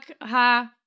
Ha